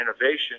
innovation